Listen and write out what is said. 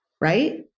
Right